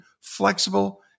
flexible